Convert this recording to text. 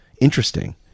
interesting